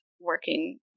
working